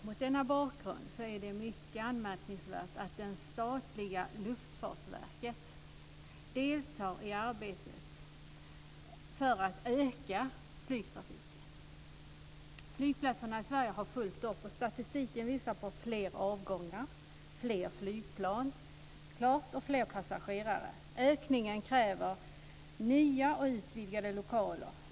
Mot denna bakgrund är det mycket anmärkningsvärt att det statliga luftfartsverket deltar i arbetet för att öka flygtrafiken. Flygplatserna i Sverige har fullt upp, och statistiken visar på fler avgångar, fler flygplan och fler passagerare. Ökningen kräver nya och utvidgade lokaler.